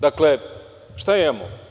Dakle, šta imamo?